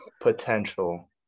Potential